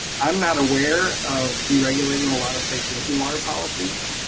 i'm not aware of deregulating a lot of safe drinking water policies.